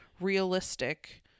realistic